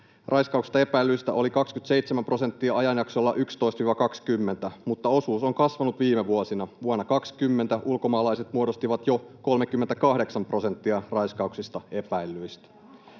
raiskauksista epäillyistä oli 27 prosenttia ajanjaksolla 11—20, mutta osuus on kasvanut viime vuosina. Vuonna 20 ulkomaalaiset muodostivat jo 38 prosenttia raiskauksista epäillyistä.